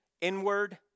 Inward